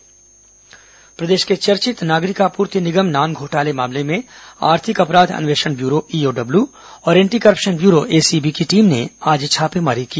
EOW ACB छापा प्रदेश के चर्चित नागरिक आपूर्ति निगम नान घोटाले मामले में आर्थिक अपराध अन्वेषण ब्यूरो ईओडब्ल्यू और एंटी करप्शन ब्यूरो एसीबी की टीम ने आज छापेमारी की